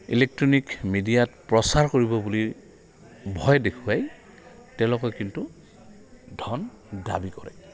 electronic মিডিয়াত প্ৰচাৰ কৰিব বুলি ভয় দেখুৱাই তেওঁলোকে কিন্তু ধন দাবী কৰে